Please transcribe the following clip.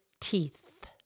teeth